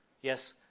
Yes